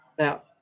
Now